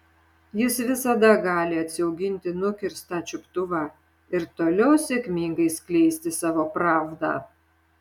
jis visada gali atsiauginti nukirstą čiuptuvą ir toliau sėkmingai skleisti savo pravdą